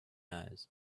eyes